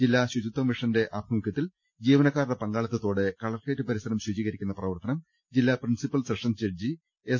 ജില്ലാ ശുചിത്വമിഷന്റെ ആഭിമുഖൃത്തിൽ ജീവനക്കാരുടെ പങ്കാളിത്തതോടെ കലക് ട്രേറ്റ് പരിസരം ശുചീകരിക്കുന്ന പ്രവർത്തനം ജില്ലാ പ്രിൻസിപ്പൽ സെഷൻസ് ജഡ്ജി എസ്